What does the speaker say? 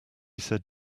said